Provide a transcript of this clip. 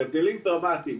זה הבדלים דרמטיים.